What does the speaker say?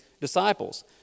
disciples